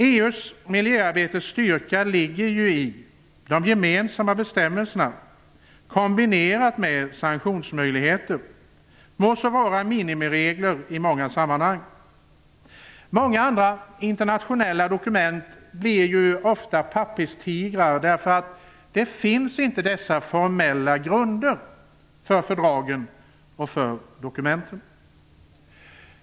EU:s miljöarbetes styrka ligger just i de gemensamma bestämmelserna, kombinerat med sanktionsmöjligheter, må så vara minimiregler i många sammanhang. Många andra internationella dokument blir ofta papperstigrar därför att det inte finns formella grunder för fördragen eller dokumenten.